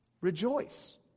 rejoice